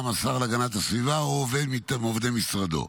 השר להגנת הסביבה או עובד מעובדי משרדו,